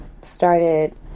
started